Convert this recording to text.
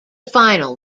final